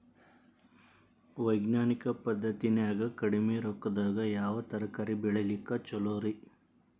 ವೈಜ್ಞಾನಿಕ ಪದ್ಧತಿನ್ಯಾಗ ಕಡಿಮಿ ರೊಕ್ಕದಾಗಾ ಯಾವ ತರಕಾರಿ ಬೆಳಿಲಿಕ್ಕ ಛಲೋರಿ?